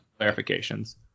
clarifications